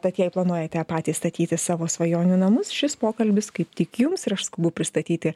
tad jei planuojate patys statytis savo svajonių namus šis pokalbis kaip tik jums ir aš skubu pristatyti